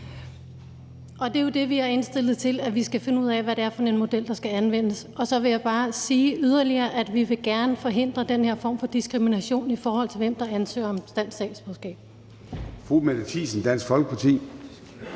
Det er jo det, vi har indstillet til, altså at vi skal finde ud af, hvad det er for en model, der skal anvendes. Så vil jeg yderligere bare sige, at vi gerne vil forhindre den her form for diskrimination, i forhold til hvem der får dansk statsborgerskab. Kl. 14:20 Formanden (Søren